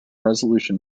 resolution